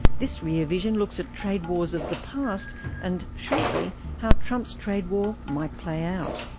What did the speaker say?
this rear vision looks at trade wars of the past and, shortly, how trump's trade war might play out.